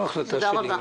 זאת לא החלטה שלי.